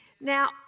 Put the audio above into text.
Now